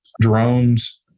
drones